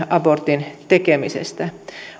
abortin tekemisestä